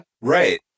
Right